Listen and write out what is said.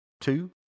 two